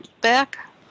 back